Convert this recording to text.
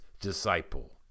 disciple